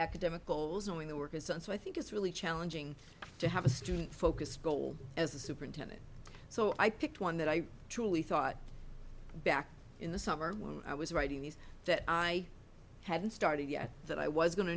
academic goals knowing the work is done so i think it's really challenging to have a student focused goal as a superintendent so i picked one that i truly thought back in the summer when i was writing these that i haven't started yet that i was going to